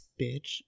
bitch